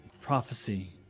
prophecy